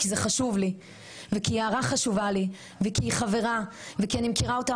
כי זה חשוב לי וכי יערה חשובה לי וכי היא חברה וכי אני מכירה אותה